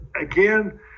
again